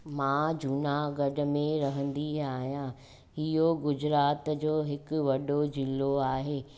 मां जूनागढ़ में रहंदी आहियां इहो गुजरात जो हिकु वॾो ज़िलो आहे